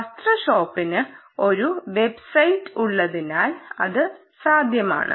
വസ്ത്ര ഷോപ്പിന് ഒരു വെബ്സൈറ്റ് ഉള്ളതിനാൽ അത് സാധ്യമാണ്